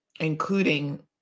including